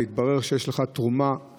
והתברר שיש למשרד,